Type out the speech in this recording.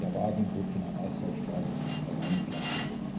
der wagen bog von einer asphaltstraße auf einen pflasterweg